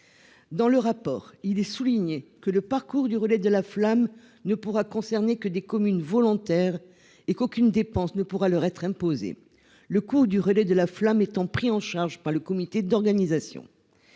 Dans le rapport, il est souligné que le parcours du relais de la flamme ne pourra concerner que des communes volontaires et qu'aucune dépense ne pourra leur être imposé le cours du relais de la flamme étant pris en charge par le comité d'organisation.